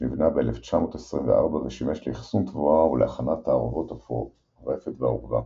שנבנה ב-1924 ושימש לאחסון תבואה ולהכנת תערובות עבור הרפת והאורווה.